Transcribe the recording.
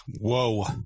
Whoa